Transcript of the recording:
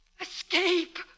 Escape